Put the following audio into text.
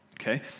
Okay